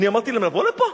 אני אמרתי להם לבוא לפה?